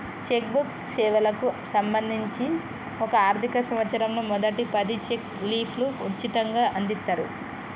check book సేవలకు సంబంధించి ఒక ఆర్థిక సంవత్సరంలో మొదటి పది చెక్ లీఫ్లు ఉచితంగ అందిత్తరు